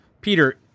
Peter